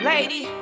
Lady